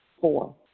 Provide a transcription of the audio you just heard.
Four